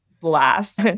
blast